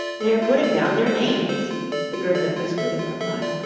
they're putting down their names the gryphon whispered in reply,